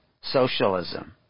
socialism